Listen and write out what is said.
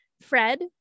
Fred